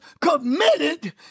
committed